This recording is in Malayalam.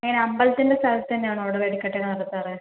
എങ്ങനെ അമ്പലത്തിൻ്റെ സ്ഥലത്തു തന്നെയാണോ അവിടെ വെടിക്കെട്ട് നടത്താറ്